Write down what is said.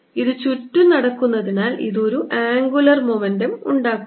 ഇത് ചുറ്റും നടക്കുന്നതിനാൽ ഇത് ഒരു ആംഗുലർ മൊമെന്റം ഉണ്ടാക്കുന്നു